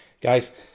Guys